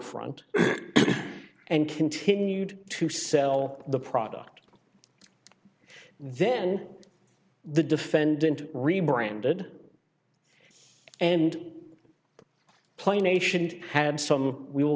front and continued to sell the product then the defendant rebranded and play nation and had some we will